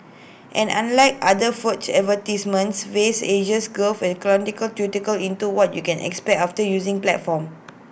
and unlike other vague advertisements Faves Asia's gave A chronological into what you can expect after using platform